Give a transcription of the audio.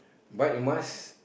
but you must